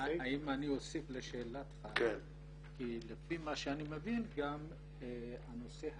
אם אני אוסיף לשאלתך כי לפי מה שאני מבין גם הנושא הזה,